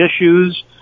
issues